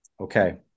okay